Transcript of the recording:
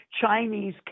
Chinese